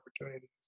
opportunities